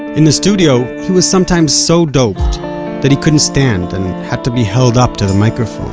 in the studio, he was sometimes so doped that he couldn't stand and had to be held up to the microphone